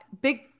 Big